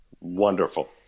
Wonderful